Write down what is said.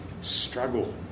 struggle